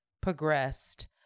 progressed